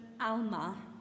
Alma